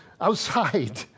outside